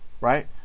right